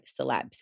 celebs